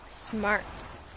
Smarts